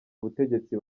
ubutegetsi